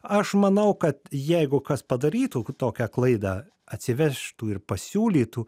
aš manau kad jeigu kas padarytų tokią klaidą atsivežtų ir pasiūlytų